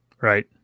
Right